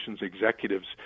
executives